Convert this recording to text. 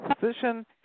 position